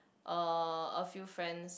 a a few friends